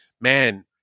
Man